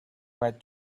write